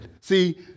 See